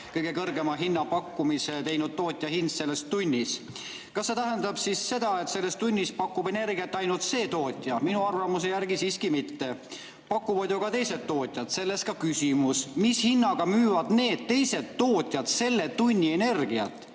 kõige kõrgema hinnapakkumise teinud tootja hind selles tunnis. Kas see tähendab siis seda, et selles tunnis pakub energiat ainult see tootja? Minu arvamuse järgi siiski mitte. Pakuvad ju ka teised tootjad. Sellest ka küsimus. Mis hinnaga müüvad need teised tootjad selle tunni energiat,